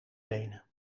benen